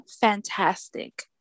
fantastic